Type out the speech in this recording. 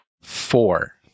Four